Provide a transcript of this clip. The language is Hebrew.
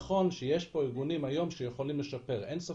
נכון שיש פה ארגונים היום שיכולים לשפר, אין ספק.